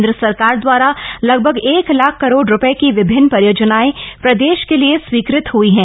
केंद्र सरकार द्वारा लगभग एक लाख करोड़ रूपए की विभिन्न परियोजनाएं प्रदेश के लिए स्वीकृत हई हैं